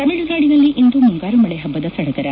ತಮಿಳುನಾಡಿನಲ್ಲಿ ಇಂದು ಮುಂಗಾರು ಮಳೆ ಹಬ್ಬದ ಸಡಗರ